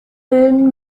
bilden